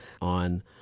On